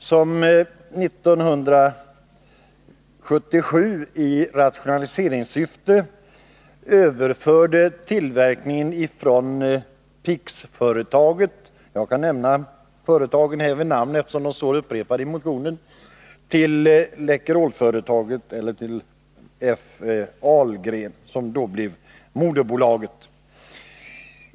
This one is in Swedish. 1977 överfördes i rationaliseringssyfte tillverkningen från Pix AB — jag kan nämna företagen vid namn eftersom de står omtalade i motionen — till Läkerolföretaget, dvs. F. Ahlgrens Tekn. Fabr. AB, som då blev moderbolaget.